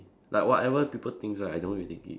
like whatever people thinks right I don't really gi~